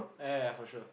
yeah yeah yeah for sure